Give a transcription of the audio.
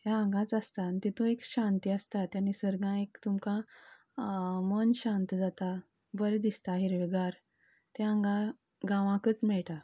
ते हांगाच आसता आनी तेतूंत एक शांती आसता त्या निसर्गान एक तुमकां मन शांत जाता बरें दिसता हिरवेगार त्या हांगा गांवांकच मेळटा